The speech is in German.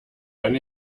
wenn